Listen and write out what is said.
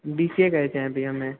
B C A करैत छियै अभी हमे